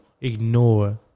ignore